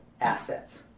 assets